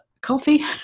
coffee